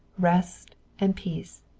rest and peace.